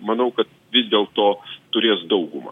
manau kad vis dėlto turės daugumą